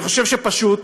אני חושב שפשוט,